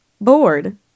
bored